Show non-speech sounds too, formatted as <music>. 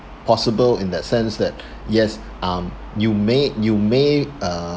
possible in that sense that <breath> yes um you may you may uh